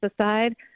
aside